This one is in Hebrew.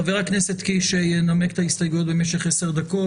חבר הכנסת קיש ינמק את ההסתייגויות במשך עשר דקות.